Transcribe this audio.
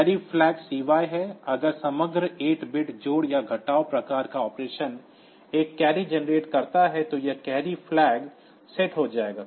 carry flag CY है अगर समग्र 8 बिट जोड़ या घटाव प्रकार का ऑपरेशन एक कैरी जनरेट करता है तो यह कैरी फ्लैग सेट हो जाएगा